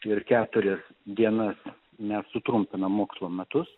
ir keturias dienas mes sutrumpinam mokslo metus